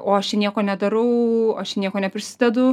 o aš čia nieko nedarau aš čia nieko neprisidedu